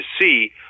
see